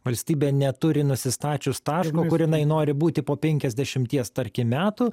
valstybė neturi nusistačius taško kur jinai nori būti po penkiasdešimties tarkim metų